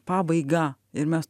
pabaigą ir mes